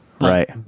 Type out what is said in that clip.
right